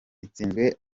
itsinzwe